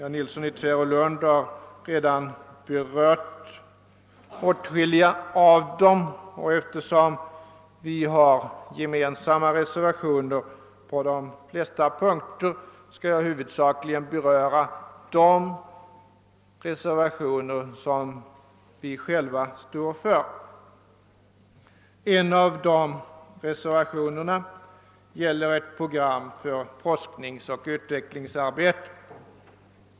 Herr Nilsson i Tvärålund har redan kommenterat åtskilliga av dem, och eftersom vi har gemensamma reservationer på de flesta punkter skall jag huvudsakligen ta upp de reservationer som vi själva står för. En av dessa, reservationen 3, gäller ett program för forskningsoch utvecklingsarbete.